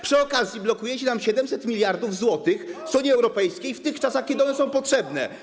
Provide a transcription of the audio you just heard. Przy okazji blokujecie nam 700 mld zł z Unii Europejskiej w tych czasach, kiedy one są potrzebne.